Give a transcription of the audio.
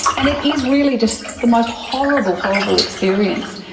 and it is really just the most horrible, horrible experience.